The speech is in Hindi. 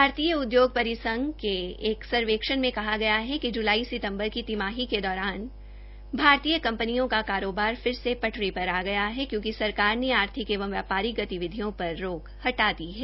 भारतीय उद्योग परिसंघ सीआईआई के एक सर्वेक्षण में कहा गया है कि ज्लाई सितम्बर की तिमाही के दौरान भारतीय कंपनियों को कारोबार फिर से पटरी पर आ गया है क्योंकि सरकार ने आर्थिक एवं व्यापारिक गतिविधियों पर रोक हटा दी है